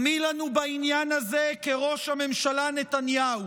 ומי לנו בעניין הזה כראש הממשלה נתניהו,